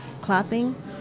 clapping